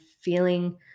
feeling